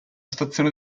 stazione